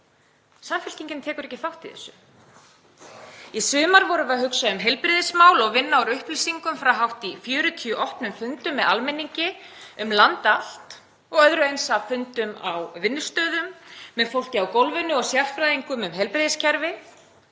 Samfylkingin tekur ekki þátt í þessu. Í sumar vorum við að hugsa um heilbrigðismál og vinna úr upplýsingum frá hátt í 40 opnum fundum með almenningi um land allt og öðru eins af fundum á vinnustöðum, með fólki á gólfinu og sérfræðingum um heilbrigðiskerfið.